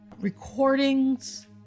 recordings